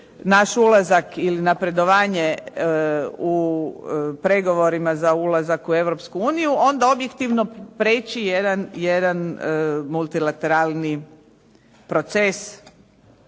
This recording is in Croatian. naš ulazak ili napredovanje u pregovorima za naš u Europsku uniju, onda objektivno prijeći jedan multilateralni proces